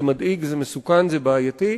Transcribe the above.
זה מדאיג, זה מסוכן, זה בעייתי,